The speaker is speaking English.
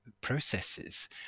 processes